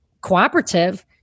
cooperative